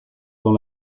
dans